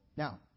Now